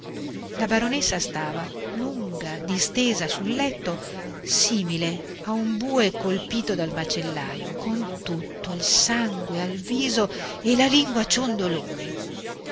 la baronessa stava lunga distesa sul letto simile a un bue colpito dal macellaio con tutto il sangue al viso e la lingua ciondoloni